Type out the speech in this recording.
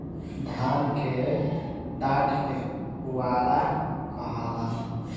धान के डाठ के पुआरा कहाला